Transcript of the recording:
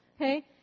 Okay